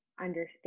understand